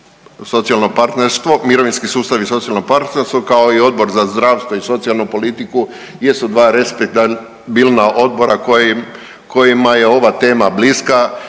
socijalno partnerstvo, mirovinski sustav i socijalno partnerstvo, kao i Odbor za zdravstvo i socijalnu politiku jesu dva respektabilna odbora kojima je ova tema bliska,